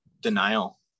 denial